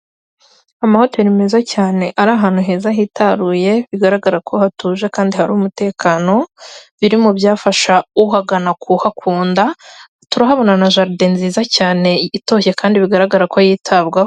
Amahoteli meza cyane ari ahantu heza hitaruye bigaragara ko hatuje kandi hari umutekano, biri mu byafasha uhagana kuhakunda turahabonaana na jaride nziza cyane itoshye kandi bigaragara ko yitabwaho.